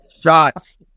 shots